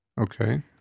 Okay